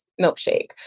milkshake